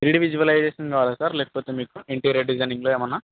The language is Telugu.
త్రీ డి విజువలైజేషన్ కావాలా సార్ లేకపోతే మీకు ఇంటీరియర్ డిజైనింగ్లో ఏమన్నా